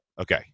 Okay